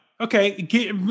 Okay